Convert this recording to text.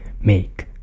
make